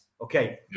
Okay